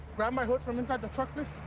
grab my hood from inside the truck, please?